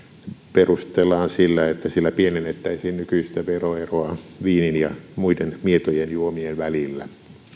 perustellaan sillä että sillä pienennettäisiin nykyistä veroeroa viinin ja muiden mietojen juomien välillä